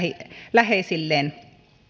läheisilleen